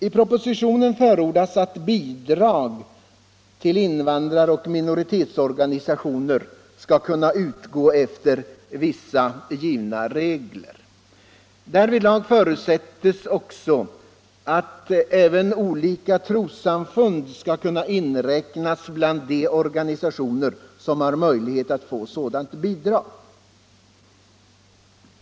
I propositionen förordas att bidrag till invandrare och minoritetsorganisationer skall kunna utgå efter vissa givna regler. Därvidlag förutsätts också att även olika trossamfund skall kunna inräknas bland de organisationer som har möjlighet att få sådant bidrag.